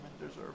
deserve